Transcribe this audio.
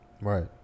right